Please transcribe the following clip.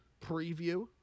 preview